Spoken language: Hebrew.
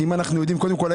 קודם כל,